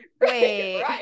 Wait